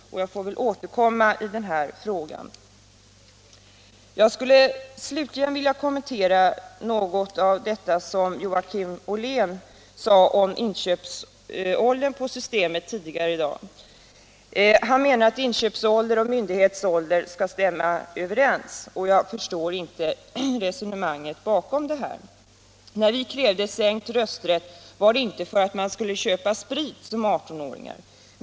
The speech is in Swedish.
Jag får väl återkomma i frågan. Jag skall slutligen kommentera något av det som Joakim Ollén sade om inköpsåldern på systemet. Han menade att inköpsålder och myndighetsålder skall stämma överens. Jag förstår inte resonemanget bakom det. När vi krävde sänkt rösträttsålder var det inte för att man som 18-åring skulle kunna köpa sprit.